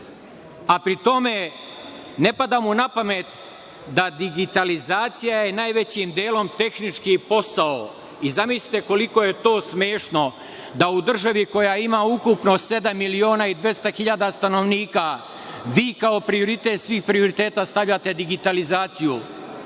a pri tome ne pada mu na pamet da je digitalizacija najvećim delom tehnički posao. Zamislite koliko je to smešno, da u državi koja ima ukupno sedam miliona i 200 hiljada stanovnka vi kao prioritet svih prioriteta stavljate digitalizaciju.